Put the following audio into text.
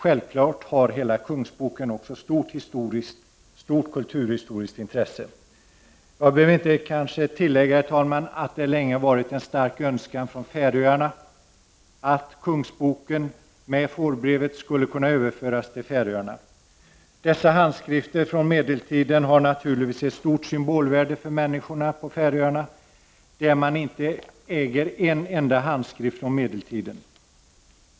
Självfallet är Kungsboken av stort kulturhistoriskt intresse. Jag behöver kanske inte, herr talman, tillägga att det länge har varit en stark önskan från färöiskt håll att Kungsboken med fårbrevet överförs till Färöarna. Dessa handskrifter från medeltiden har naturligtvis ett stort symbolvärde för människorna på Färöarna, där man inte äger en enda handskrift från medeltiden.